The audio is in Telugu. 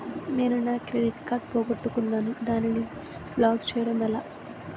నేను నా క్రెడిట్ కార్డ్ పోగొట్టుకున్నాను దానిని బ్లాక్ చేయడం ఎలా?